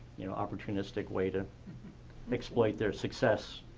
you know, opportunistic way to exploit their success.